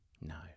no